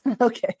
Okay